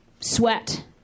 sweat